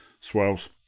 swells